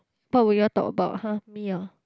what will you all talk about !huh! me oh